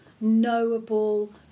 knowable